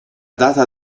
data